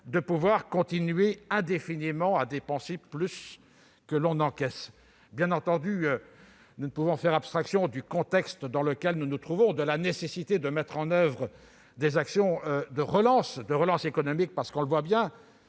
de continuer indéfiniment à dépenser plus que l'on n'encaisse. Bien entendu, nous ne pouvons faire abstraction du contexte dans lequel nous nous trouvons ni de la nécessité de mettre en oeuvre des actions de relance économique. On voit bien